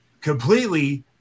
completely